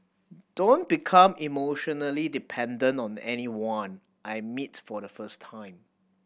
don't become emotionally dependent on anyone I meet for the first time